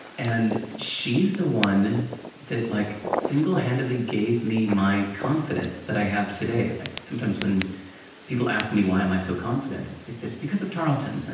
and, she's the one that like single-handedly gave me my confidence that i have today. like sometimes, when people ask me, why am i so confident, it's like it's because of carlton. ah